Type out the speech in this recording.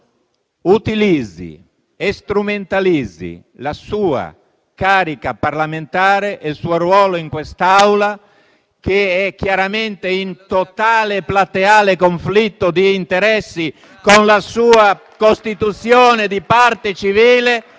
utilizzi e strumentalizzi la sua carica parlamentare e il suo ruolo in quest'Aula, che è chiaramente in totale e plateale conflitto di interessi con la sua costituzione di parte civile